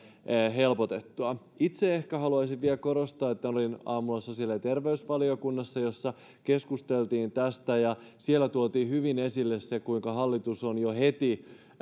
helpotettua itse ehkä haluaisin vielä korostaa että kun olin aamulla sosiaali ja terveysvaliokunnassa jossa keskusteltiin tästä niin siellä tuotiin hyvin esille se kuinka hallitus on jo heti